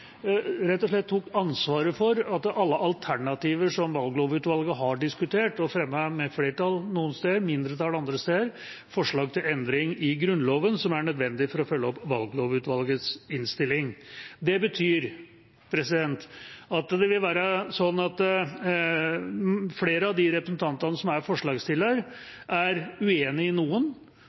valglovutvalget har diskutert og fremmet, med flertall noen steder, mindretall andre steder, når det gjelder forslaget til endring i Grunnloven som er nødvendig for å følge opp valglovutvalgets innstilling. Det betyr at det vil være sånn at flere av de representantene som er forslagsstillere, er uenig i noen